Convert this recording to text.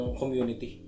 community